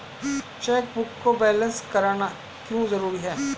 Chequebook को balance करना क्यों जरूरी है?